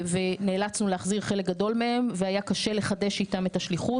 ונאלצנו להחזיר חלק גדול מהם והיה קשה לחדש איתם את השליחות.